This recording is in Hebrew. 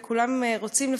וכולם רוצים,